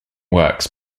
works